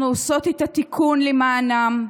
אנחנו עושות את התיקון למענם,